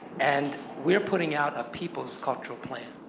and we are putting out a peoples cultural plan,